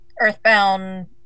Earthbound